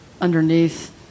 underneath